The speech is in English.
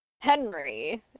Henry